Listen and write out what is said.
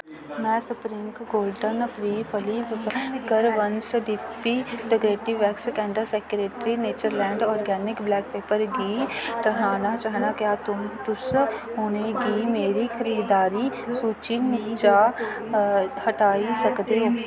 मैं spring gluten free fluffy burger bun डी पी खश्बोदार सजावटी मोमबत्तियां ते नेचरलैंड आर्गेनिक्स काले मर्च गी ट्हाना चाह्न्नां क्या तुस उ'नें गी मेरी खरीदारी सूची चा हटाई सकदे ओ